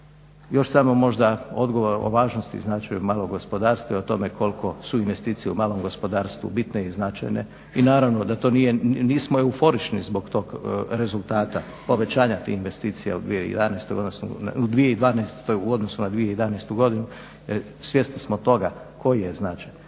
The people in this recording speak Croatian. Još samo možda odgovor o važnosti i značaju malog gospodarstva i o tome koliko su investicije u malom gospodarstvu bitne i značajne i naravno da nismo euforični zbog tog rezultata povećanja tih investicija u 2012. u odnosu na 2011.godinu, svjesni smo toga koji je značaj.